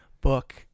book